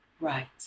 Right